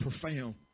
profound